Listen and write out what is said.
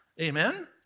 Amen